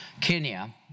Kenya